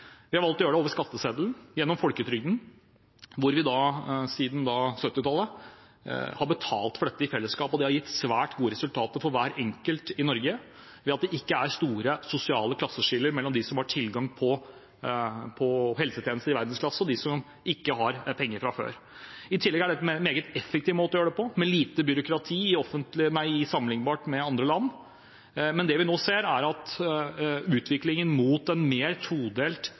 Vi har valgt å gjøre det over skatteseddelen, gjennom folketrygden, hvor vi siden 1970-tallet har betalt for dette i fellesskap. Det har gitt svært gode resultater for hver enkelt i Norge ved at det ikke er store sosiale klasseskiller mellom dem som har tilgang på helsetjenester i verdensklasse, og dem som ikke har penger fra før. I tillegg er dette en meget effektiv måte å gjøre det på med lite byråkrati sammenlignet med andre land, men det vi nå ser, er en utvikling mot en mer todelt